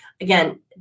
Again